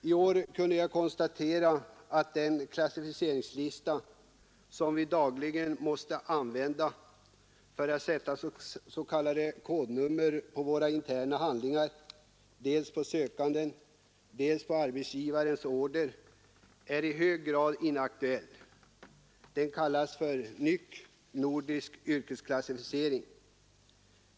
I år kunde jag konstatera att den klassificeringslista som vi dagligen måste använda för att sätta s.k. kodnummer på våra interna handlingar, dels på dem som avser sökanden, dels på arbetsgivarens order, är i hög grad inaktuell. Den kallas för NYK — nordisk yrkesklassificering.